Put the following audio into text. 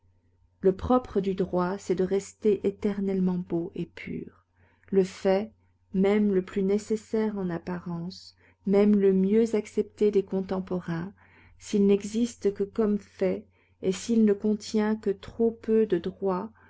le propre du droit c'est de rester éternellement beau et pur le fait même le plus nécessaire en apparence même le mieux accepté des contemporains s'il n'existe que comme fait et s'il ne contient que trop peu de droit